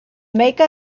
make